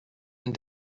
and